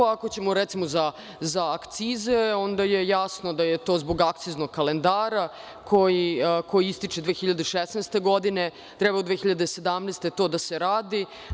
Ako ćemo o akcizama, onda je jasno da je to zbog akciznog kalendara koji ističe 2016. godine i u 2017. godini treba to da se radi.